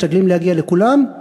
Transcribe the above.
משתדלים להגיע לכולם,